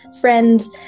friends